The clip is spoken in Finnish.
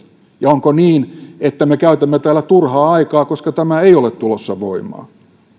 ja sitä onko niin että me käytämme täällä turhaa aikaa koska tämä ei ole tulossa voimaan ja